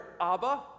Abba